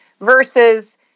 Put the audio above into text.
versus